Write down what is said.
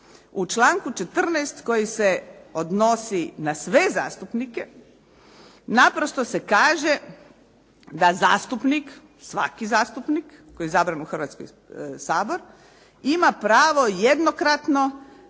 U članku 14. koji se odnosi na sve zastupnike naprosto se kaže da zastupnik, svaki zastupnik koji je izabran u Hrvatski sabor ima pravo jednokratno